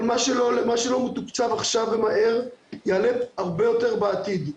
אבל מה שלא מתוקצב עכשיו ומהר יעלה הרבה יותר בעתיד.